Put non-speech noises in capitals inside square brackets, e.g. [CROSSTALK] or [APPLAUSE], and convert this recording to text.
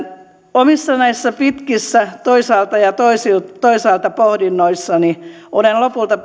omissa näissä pitkissä toisaalta ja toisaalta pohdinnoissani olen lopulta [UNINTELLIGIBLE]